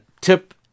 Tip